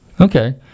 Okay